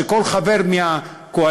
שכל חבר מהקואליציה,